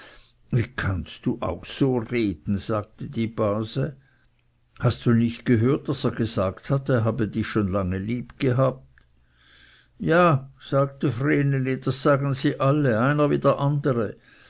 wie kannst du auch so reden sagte die base hast du nicht gehört daß er gesagt hat er habe dich schon lange lieb gehabt ja sagte vreneli das sagen sie alle einer wie der andere